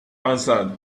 answered